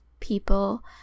people